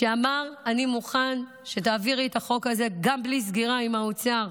שאמר: אני מוכן שתעבירי את החוק הזה גם בלי סגירה עם האוצר.